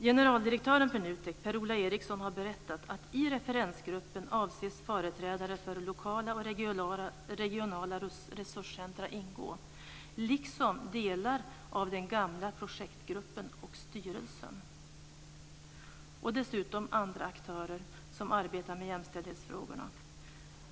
Generaldirektören för NUTEK, Per-Ola Eriksson, har berättat att i referensgruppen avses företrädare för lokala och regionala resurscentrum ingå liksom delar av den gamla projektgruppen och styrelsen och dessutom andra aktörer som arbetar med jämställdhetsfrågorna.